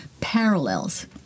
parallels